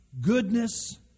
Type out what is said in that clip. Goodness